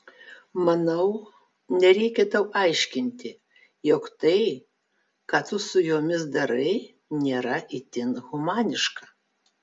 manau nereikia tau aiškinti jog tai ką tu su jomis darai nėra itin humaniška